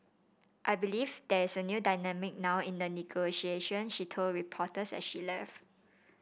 I believe there is a new dynamic now in the negotiation she told reporters as she left